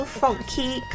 funky